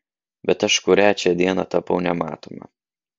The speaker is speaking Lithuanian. bet aš kurią čia dieną tapau nematoma